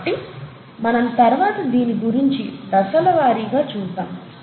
కాబట్టి మనం తర్వాత దీని గురించి దశలవారీగా చూద్దాము